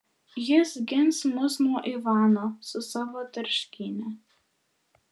jis gins mus nuo ivano su savo tarškyne